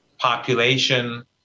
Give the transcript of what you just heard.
Population